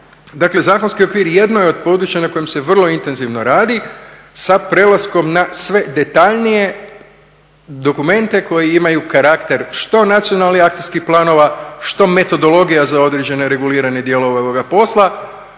Dakle zakonski okvir jedno je od područja na kojem se vrlo intenzivno radi sa prelaskom na sve detaljnije dokumente koji imaju karakter što nacionalnih akcijskih planova, što metodologija za određene regulirane dijelove ovoga posla,